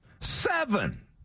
Seven